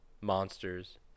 monsters